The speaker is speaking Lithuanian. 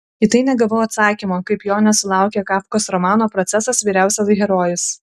į tai negavau atsakymo kaip jo nesulaukė kafkos romano procesas vyriausias herojus